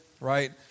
right